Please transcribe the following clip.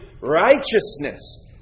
righteousness